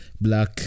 black